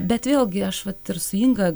bet vėlgi aš vat ir su inga